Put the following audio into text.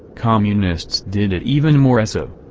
communists did it even moreso.